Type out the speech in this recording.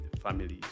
families